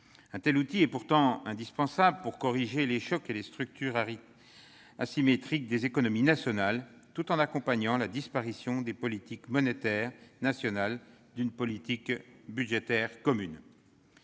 Un tel outil est pourtant indispensable pour corriger les conséquences des chocs asymétriques et des structures hétérogènes des économies nationales, tout en accompagnant la disparition des politiques monétaires nationales d'une politique budgétaire commune.